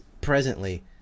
presently